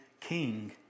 King